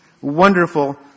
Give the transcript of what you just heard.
Wonderful